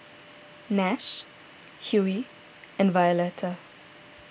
Nash Hughey and Violeta